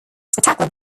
spectacular